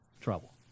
trouble